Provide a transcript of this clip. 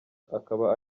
akaba